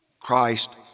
Christ